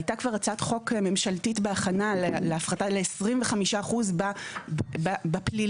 הייתה הצעת חוק ממשלתית בהכנה להפחתה ל-25% בפלילי.